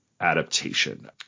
adaptation